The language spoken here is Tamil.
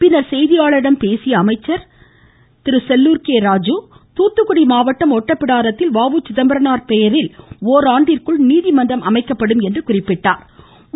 பின்னர் செய்தியாளர்களிடம் பேசிய அமைச்சர் திரு கடம்பூர் ராஜு தூத்துக்குடி மாவட்டம் ஒட்டப்பிடாரத்தில் வ உ சிதம்பரனார் பெயரில் ஓராண்டிற்குள் நீதிமன்றம் அமைக்கப்படும் என கூறினாா்